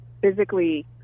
physically